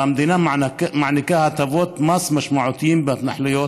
והמדינה מעניקה הטבות מס משמעותיות בהתנחלויות,